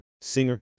singer